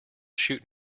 shoot